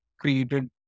created